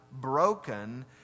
broken